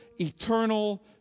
eternal